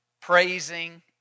praising